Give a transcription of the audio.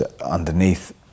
underneath